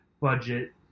budget